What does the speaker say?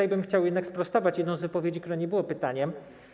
I chciałbym jednak sprostować jedną z wypowiedzi, która nie była pytaniem.